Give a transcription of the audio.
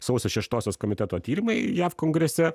sausio šeštosios komiteto tyrimai jav kongrese